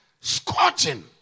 scorching